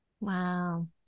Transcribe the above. Wow